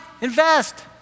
invest